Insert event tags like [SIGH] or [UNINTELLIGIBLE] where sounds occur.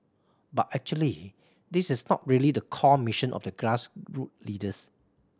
but actually this is not really the core mission of the [UNINTELLIGIBLE] leaders